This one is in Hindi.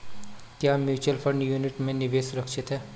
क्या म्यूचुअल फंड यूनिट में निवेश सुरक्षित है?